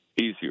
easier